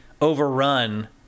overrun